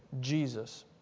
Jesus